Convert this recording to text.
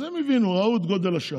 אז הם הבינו, ראו את גודל השעה.